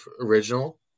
original